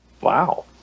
Wow